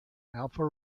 alfa